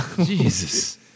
Jesus